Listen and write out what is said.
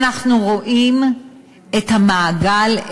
ואנחנו רואים את המעגל,